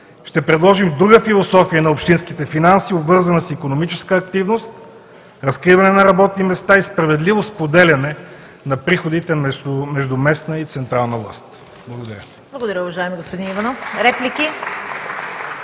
Ще предложим друга философия на общинските финанси, обвързана с икономическа активност, разкриване на работни места и справедливо споделяне на приходите между местна и централна власт. Благодаря.